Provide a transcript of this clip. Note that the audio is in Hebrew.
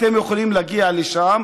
אתם יכולים להגיע לשם,